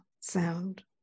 sound